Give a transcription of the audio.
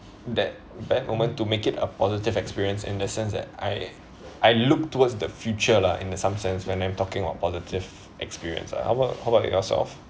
that bad moment to make it a positive experience in that sense that I I look towards the future lah in some sense when I'm talking about positive experience ah how about how about yourself